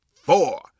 four